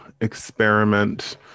experiment